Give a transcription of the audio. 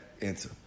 answer